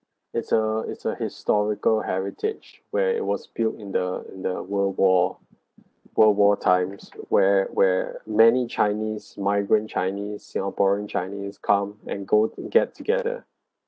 it's a it's a historical heritage where it was built in the in the world war world war times where where many chinese migrant chinese singaporean chinese come and go to get together